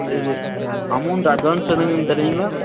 சே இது amount advance எதுவும் தரீங்களா